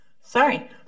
Sorry